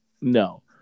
No